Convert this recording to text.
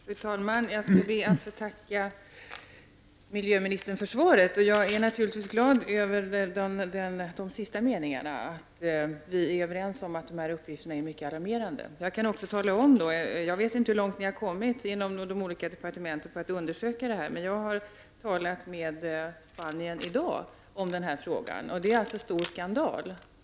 Fru talman! Jag skall be att få tacka miljöministern för svaret. Jag är naturligtvis glad över de avslutande meningarna som visar att vi är överens om att dessa uppgifter är mycket alarmerande. Jag vet inte hur långt man har kommit inom de olika departementen för att undersöka detta, men jag har i dag haft kontakt med Spanien angående den här frågan. Där är detta en stor skandal.